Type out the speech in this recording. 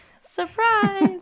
surprise